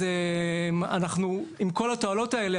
אז נראה שעם כל התועלות האלה,